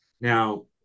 Now